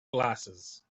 glasses